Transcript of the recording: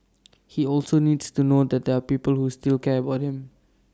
he also needs to know that there're people who still care about him